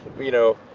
you know,